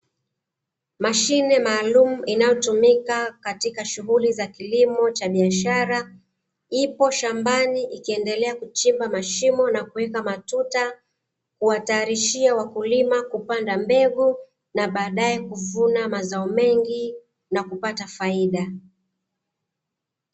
Mashine maalumu inayotumika katika shughuli za kilimo cha biashara, ipo shambani ikiendelea kuchimba mashimo na kuweka matuta. Kuwatayarishia wakulima kupanda mbegu na baadae kuvuna mazao mengi na kupata faida.